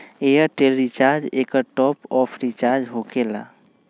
Airtel recharge एकर top off recharge होकेला?